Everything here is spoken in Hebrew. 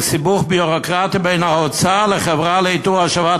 סיבוך ביורוקרטי בין האוצר לחברה לאיתור והשבת